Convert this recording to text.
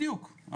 בדיוק.